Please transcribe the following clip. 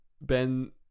Ben